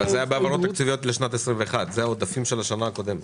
אבל זה היה בהעברות תקציביות לשנת 2021. אלה עודפים של השנה הקודמת,